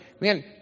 Man